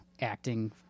acting